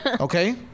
Okay